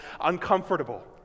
uncomfortable